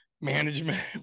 management